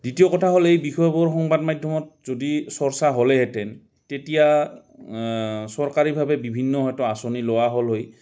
দ্বিতীয় কথা হ'ল এই বিষয়বোৰ সংবাদ মাধ্যমত যদি চৰ্চা হ'লেহেঁতেন তেতিয়া চৰকাৰীভাৱে বিভিন্ন হয়তো আঁচনি লোৱা হ'ল হৈ